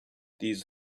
these